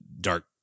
dark